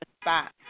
spot